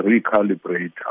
recalibrate